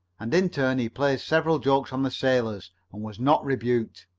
and in turn he played several jokes on the sailors and was not rebuked.